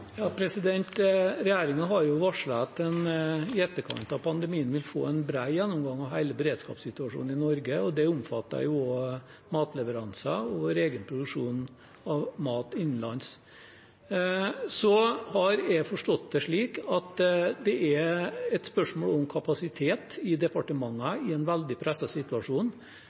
har jo varslet at en i etterkant av pandemien vil få en bred gjennomgang av hele beredskapssituasjonen i Norge, og det omfatter matleveranser og vår egen produksjon av mat innenlands. Så har jeg forstått det slik at det er et spørsmål om kapasitet i departementene i en veldig presset situasjon